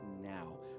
now